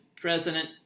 president